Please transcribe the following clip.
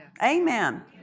Amen